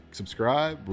subscribe